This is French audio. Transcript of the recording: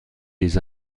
des